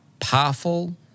powerful